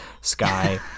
sky